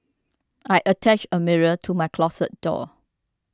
I attached a mirror to my closet door